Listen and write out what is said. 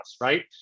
right